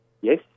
Yes